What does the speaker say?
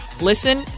listen